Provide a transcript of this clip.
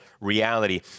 reality